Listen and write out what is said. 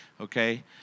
Okay